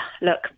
look